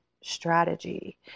strategy